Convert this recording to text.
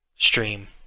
Stream